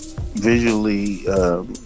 visually